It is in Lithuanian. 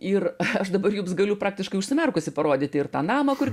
ir aš dabar jums galiu praktiškai užsimerkusi parodyti ir tą namą kur